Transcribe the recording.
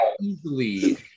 easily